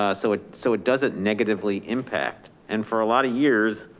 ah so ah so it doesn't negatively impact. and for a lot of years